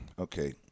Okay